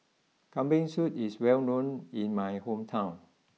Kambing Soup is well known in my hometown